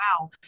Wow